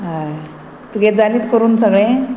हय तुगे जाली करून सगळें